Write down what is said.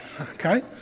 okay